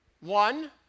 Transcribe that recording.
one